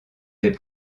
des